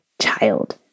child